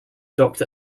docked